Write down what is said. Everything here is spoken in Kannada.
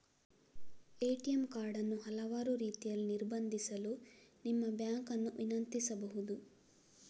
ಎ.ಟಿ.ಎಂ ಕಾರ್ಡ್ ಅನ್ನು ಹಲವಾರು ರೀತಿಯಲ್ಲಿ ನಿರ್ಬಂಧಿಸಲು ನಿಮ್ಮ ಬ್ಯಾಂಕ್ ಅನ್ನು ವಿನಂತಿಸಬಹುದು